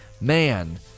man